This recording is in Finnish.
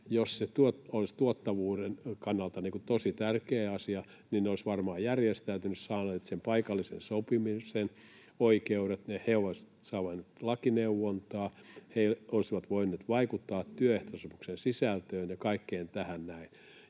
Jos se olisi tuottavuuden kannalta tosi tärkeä asia, niin ne olisivat varmaan järjestäytyneet, saaneet paikallisen sopimisen oikeudet, ne olisivat saaneet lakineuvontaa, ne olisivat voineet vaikuttaa työehtosopimuksen sisältöön ja kaikkeen tähän näin.